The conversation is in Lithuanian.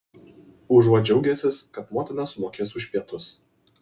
užuot džiaugęsis kad motina sumokės už pietus